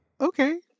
okay